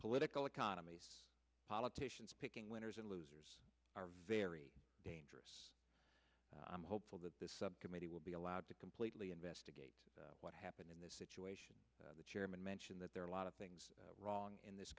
political economies politicians picking winners and losers are very dangerous i'm hopeful that this subcommittee will be allowed to completely investigate what happened in this situation the chairman mentioned that there are a lot of things wrong in this